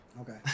Okay